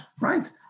right